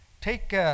Take